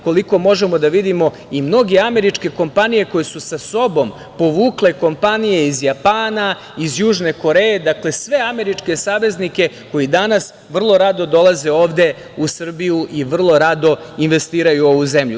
Koliko možemo da vidimo, i mnoge američke kompanije koje su sa sobom povukle kompanije iz Japana, iz Južne Koreje, sve američke saveznike koji vrlo rado dolaze ovde u Srbiju i vrlo rado investiraju u ovu zemlju.